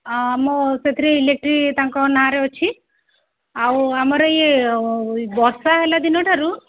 ମୁଁ ସେଥିରେ ଇଲେକ୍ଟ୍ରି ତାଙ୍କ ନାଁରେ ଅଛି ଆଉ ଆମର ଇଏ ବର୍ଷା ହେଲା ଦିନଠାରୁ